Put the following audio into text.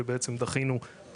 אלו בעצם תורים שדחינו מראש,